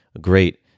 great